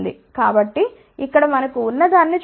కాబట్టి ఇక్కడ మనకు ఉన్న దాన్ని చూద్దాం